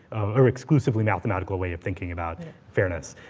or exclusively mathematical way of thinking about fairness.